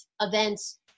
events